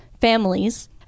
families